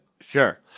Sure